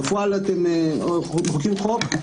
בפועל אתם מחוקקים חוק,